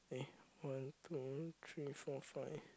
eh one two three four five